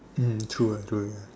mm true ah true ya